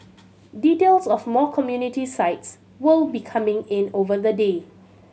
details of more community sites will be coming in over the day